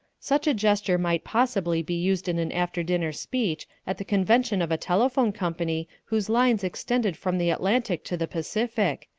such a gesture might possibly be used in an after-dinner speech at the convention of a telephone company whose lines extended from the atlantic to the pacific,